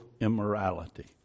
immorality